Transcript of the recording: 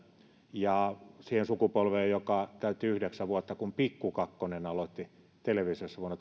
ja siihen sukupolveen joka täytti yhdeksän vuotta kun pikku kakkonen aloitti televisiossa vuonna